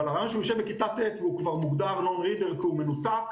אבל הרעיון שהוא יושב בכיתה ט' והוא כבר מוגדר non reader כי הוא מנותק,